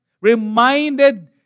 reminded